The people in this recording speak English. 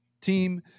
team